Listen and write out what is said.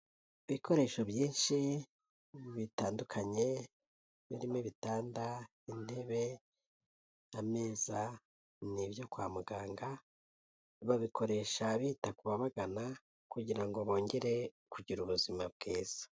Ibikoresho byinshi bitandukanye birimo ibitanda, intebe, ameza, ni ibyo kwa muganga babikoresha bita ku babagana kugira ngo bongere kugira ubuzima bwiza.